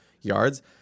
yards